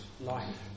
life